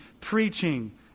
preaching